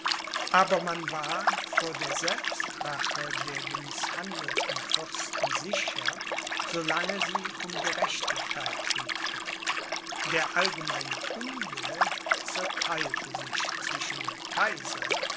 aber man war vor der selbstrache der gemißhandelten fürsten sicher so lange sie um gerechtigkeit riefen der allgemeine unwille zertheilte sich zwischen dem kaiser